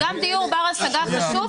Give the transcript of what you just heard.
לא, ינון, גם דיור בר השגה חשוב.